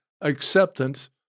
acceptance